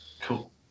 cool